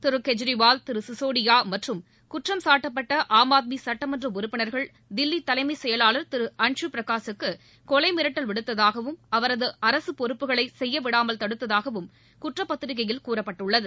திரு கெஜ்ரிவால் திரு சிசோடியா மற்றும் குற்றம் சாட்டப்பட்ட ஆம் ஆத்மி சட்டமன்ற உறுப்பினர்கள் தில்லி தலைமை செயலாளர் திரு அன்சுபிரகாசுக்கு கொலை மிரட்டல் விடுத்ததாகவும் அவரது அரசு பொறுப்புகளை செய்யவிடாமல் தடுத்ததாகவும் குற்றப்பத்திரிகையில் கூறப்பட்டுள்ளது